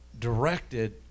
directed